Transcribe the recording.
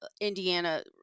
Indiana